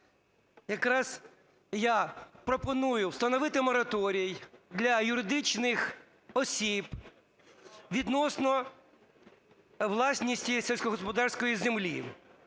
якраз я пропоную встановити мораторій для юридичних осіб відносно власності сільськогосподарської землі.